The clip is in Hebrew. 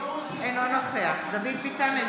אינו נוכח דוד ביטן,